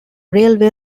railway